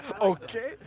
Okay